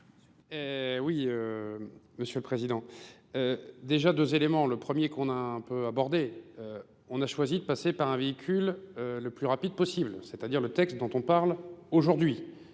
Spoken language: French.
Oui, Monsieur le Président. Déjà deux éléments, le premier qu'on a un peu abordé. On a choisi de passer par un véhicule le plus rapide possible, c'est-à-dire le texte dont on parle aujourd'hui.